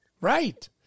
Right